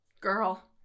Girl